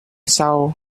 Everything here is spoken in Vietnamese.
sau